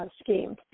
scheme